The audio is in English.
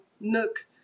nook